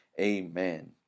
amen